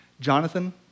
Jonathan